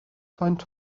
faint